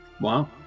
Wow